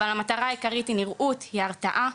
אבל המטרה העיקרית היא נראות, היא הרתעה.